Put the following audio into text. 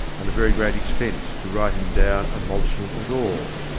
and a very great expense, to write him down a mobsman at all.